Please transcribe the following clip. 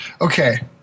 Okay